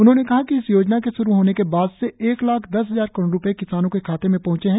उन्होंने कहा कि इस योजना के शुरू होने के बाद से एक लाख दस हजार करोड़ रुपये किसानों के खाते में पहुंचे हैं